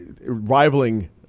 rivaling